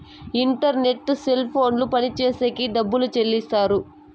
internet cell ఫోన్లు పనిచేసేకి డబ్బులు చెల్లిస్తారు